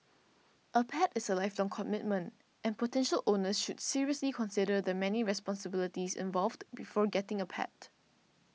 a pet is a lifelong commitment and potential owners should seriously consider the many responsibilities involved before getting a pet